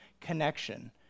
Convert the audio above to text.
Connection